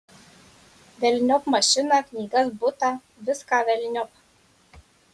velniop mašiną knygas butą viską velniop